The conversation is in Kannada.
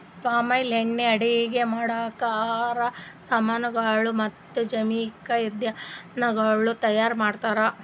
ಪಾಮ್ ಎಣ್ಣಿ ಅಡುಗಿ ಮಾಡ್ಲುಕ್, ಆಹಾರ್ ಸಾಮನಗೊಳ್ ಮತ್ತ ಜವಿಕ್ ಇಂಧನಗೊಳ್ ತೈಯಾರ್ ಮಾಡ್ತಾರ್